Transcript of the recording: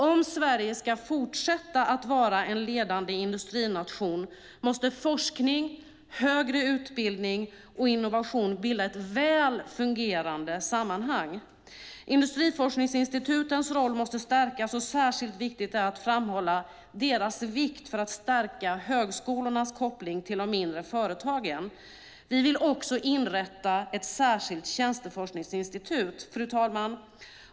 Om Sverige ska fortsätta vara en ledande industrination måste forskning, högre utbildning och innovation bilda ett väl fungerande sammanhang. Industriforskningsinstitutens roll måste stärkas, och särskilt viktigt är att framhålla deras vikt för att stärka högskolornas koppling till de mindre företagen. Vi vill också inrätta ett särskilt tjänsteforskningsinstitut. Fru talman!